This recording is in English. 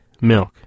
Milk